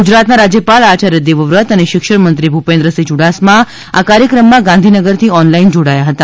ગુજરાતના રાજયપાલ આચાર્ય દેવવ્રત અને શિક્ષણમંત્રી ભૂપેન્દ્રસિંહ યુડાસમા આ કાર્યક્રમમાં ગાંધીનગરથી ઓનલાઈન જોડાયા હતા